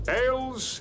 ales